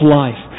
life